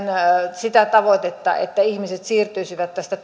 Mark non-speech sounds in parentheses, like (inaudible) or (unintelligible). sitä tavoitetta että ihmiset siirtyisivät tästä (unintelligible)